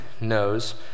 knows